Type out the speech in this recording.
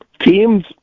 teams